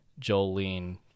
Jolene